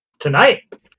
Tonight